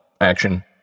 Action